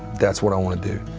that's what i want to do.